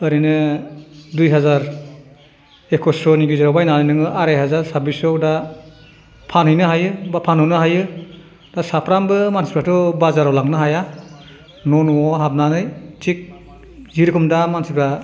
आरैनो दुइ हाजार एकुइस्स'नि गेजेराव बायनानै नोङो आराइ हाजार साब्बिस्स'आव दा फानहैनो हायो बा फानहरनो हायो दा साफ्रोमबो मानसिफोराथ' बाजाराव लांनो हाया न' न'आव हाबनानै थिग जिरखम दा मानसिफोरा